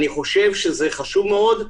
לדעתי, זה חשוב מאוד.